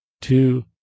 two